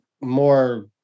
more